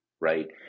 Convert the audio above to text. right